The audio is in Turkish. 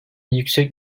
yüksek